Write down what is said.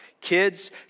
kids